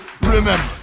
remember